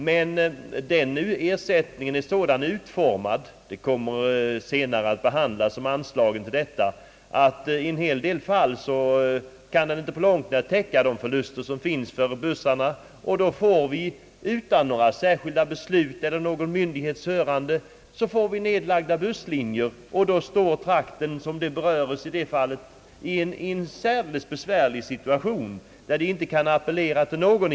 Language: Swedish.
Men denna ersättning är så utformad — anslagen under denna punkt kommer senare att behandlas — att den i åtskilliga fall inte på långt när kan täcka de förluster som uppstår för bussägarna. Det betyder att vi utan något särskilt beslut eller någon myndighets hörande får nedlagda busslinjer. Det betyder för den trakt, som berörs, en särskilt besvärlig situation, eftersom befolkningen egentligen inte kan appellera till någon.